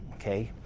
okay?